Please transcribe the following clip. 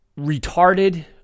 retarded